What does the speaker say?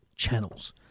channels